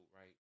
right